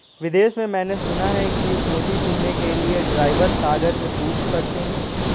विदेश में मैंने सुना है कि मोती चुनने के लिए ड्राइवर सागर में कूद पड़ते हैं